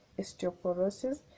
osteoporosis